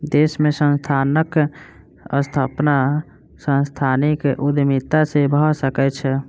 देश में संस्थानक स्थापना सांस्थानिक उद्यमिता से भअ सकै छै